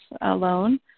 alone